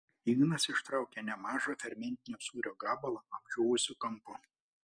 ignas ištraukė nemažą fermentinio sūrio gabalą apdžiūvusiu kampu